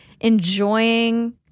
enjoying